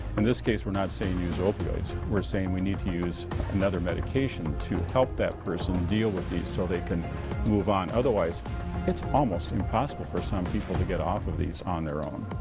in this case we're not saying use opioids. we're saying we need to use another medication to help that person deal with these so they can move on otherwise it's almost impossible for some people to get off of these on their own.